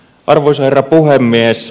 arvoisa herra puhemies